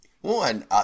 one